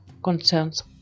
concerns